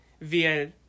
via